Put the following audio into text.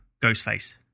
Ghostface